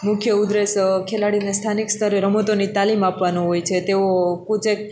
મુખ્ય ઉદ્દેશ ખેલાડીને સ્થાનિક સ્તરે રમતોની તાલીમ આપવાનું હોય છે તેઓ કોચે